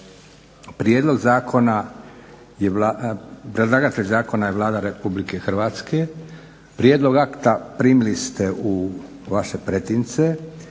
Predlagatelj zakona je Vlada Republike Hrvatske, prijedlog akta primili ste u vaše pretince.